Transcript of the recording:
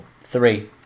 Three